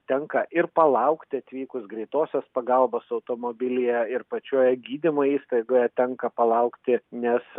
tenka ir palaukti atvykus greitosios pagalbos automobilyje ir pačioje gydymo įstaigoje tenka palaukti nes